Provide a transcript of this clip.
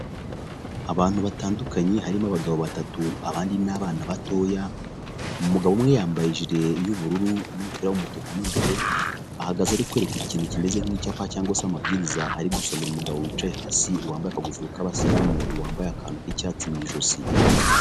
Abantu batandukanye harimo abagabo batatu abandi ni abana batoya, umugabo umwe yambaye ijire y'ubururu n'umupira w'umutuku mo imbere, ahagaze ari kwereka ikintu kimeze nk'icyapa cyangwa se amabwiriza ari gusomera umugabo wicaye hasi wambaye akagofero k'abasiramu wambaye akantu k'icyatsi mu ijosi.